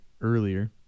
earlier